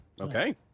okay